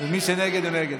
ומי שנגד הוא נגד.